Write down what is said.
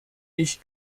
ich